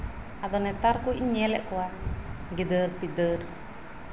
ᱟᱫᱚ ᱱᱮᱛᱟᱨ ᱠᱩᱡ ᱤᱧ ᱧᱮᱞᱮᱫ ᱠᱚᱣᱟ ᱜᱤᱫᱟᱹᱨᱼᱯᱤᱫᱟᱹᱨ